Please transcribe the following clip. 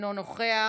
אינו נוכח,